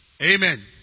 Amen